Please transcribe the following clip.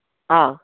ആ